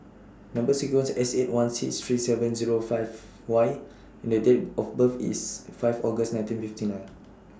Number sequence IS S eight one six three seven Zero five Y and Date of birth IS five August nineteen fifty nine